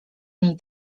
ani